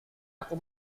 aku